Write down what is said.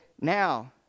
now